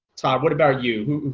todd what about you?